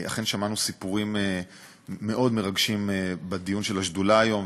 אכן שמענו סיפורים מאוד מרגשים בדיון של השדולה היום,